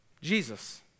Jesus